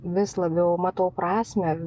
vis labiau matau prasmę